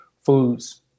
foods